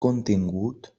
contingut